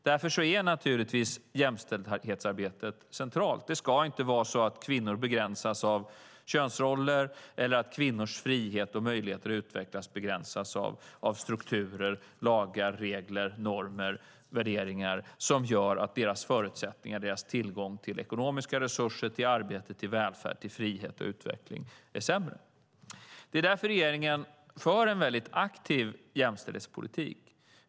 Därför är naturligtvis jämställdhetsarbetet centralt. Det ska inte vara så att kvinnor begränsas av könsroller eller att kvinnors frihet och möjlighet att utvecklas begränsas av strukturer, lagar, regler, normer eller värderingar som gör att deras förutsättningar och tillgång till ekonomiska resurser, arbete, välfärd, frihet och utveckling är sämre. Det är därför regeringen för en väldigt aktiv jämställdhetspolitik.